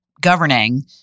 governing